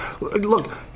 Look